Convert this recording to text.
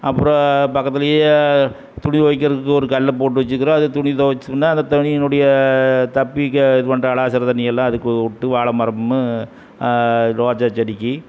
அப்புறம் பக்கத்திலையே துணி துவைக்கிறதுக்கு ஒரு கல்லை போட்டு வச்சுக்கிறோம் அதில் துணி துவச்சோம்னா அந்த துணியினுடைய தப்பி இது பண்ணுற அலசுற தண்ணியெல்லாம் அதுக்கு விட்டு வாழமரம் ரோஜா செடிக்கு